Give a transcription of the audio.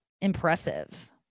impressive